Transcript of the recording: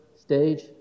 stage